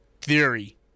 theory